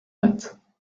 maths